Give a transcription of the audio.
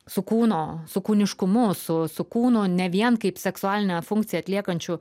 su kūno su kūniškumu su su kūnu ne vien kaip seksualinę funkciją atliekančiu